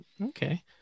Okay